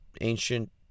ancient